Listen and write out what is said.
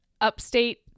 upstate